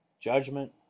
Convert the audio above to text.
judgment